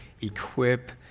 equip